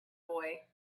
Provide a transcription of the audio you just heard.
boy